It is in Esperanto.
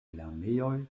lernejoj